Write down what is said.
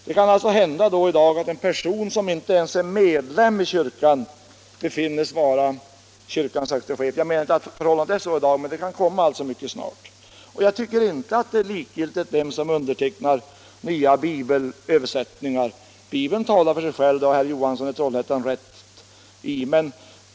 Det kan alltså hända att en person som inte ens är medlem av kyrkan befinnes vara kyrkans högste chef. Jag menar inte att så är förhållandet i dag, men det kan bli så mycket snart. Och jag tycker inte det är likgiltigt vem som undertecknar nya bibelöversättningar. Bibeln talar för sig själv, det har herr Johansson i Trollhättan rätt i.